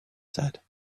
said